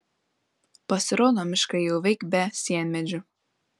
pasirodo miškai jau veik be sienmedžių